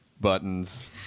buttons